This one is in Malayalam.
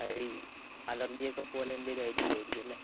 അതായതീ അലർജി ഒക്കെ പോലെ എന്തെങ്കിലും ആയിരിക്കുമായിരിക്കുമല്ലേ